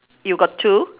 you got two